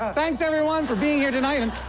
ah thanks, everyone, for being here tonight. and